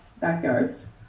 backyards